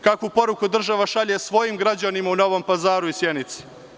Kakvu poruku država šalje svojim građanima u Novom Pazaru i Sjenici?